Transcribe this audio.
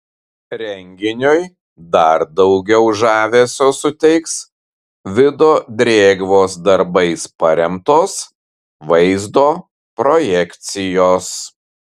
renginiui dar daugiau žavesio suteiks vido drėgvos darbais paremtos vaizdo projekcijos